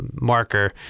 marker